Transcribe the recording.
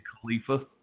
Khalifa